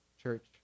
church